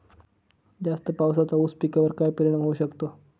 जास्त पावसाचा ऊस पिकावर काय परिणाम होऊ शकतो?